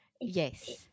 yes